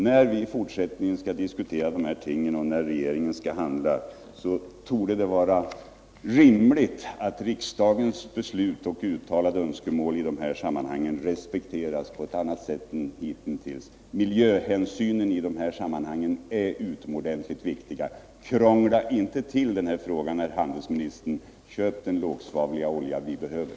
När regeringen i fortsättningen skall inköpa olja måste riksdagens beslut och uttalade önskemål respekteras på ett annat sätt än hittills. Miljöhänsynen är utomordentligt viktiga i detta sammanhang. Krångla inte till den här frågan, herr handelsminister! Köp den lågsvavliga olja vi behöver!